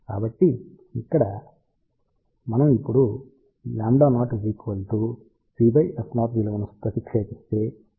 కాబట్టి ఇక్కడ కాబట్టి మనం ఇప్పుడు λ0 cf0 విలువను ప్రతిక్షేపిస్తే ఇక్కడ c అనేది కాంతి వేగం